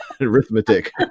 Arithmetic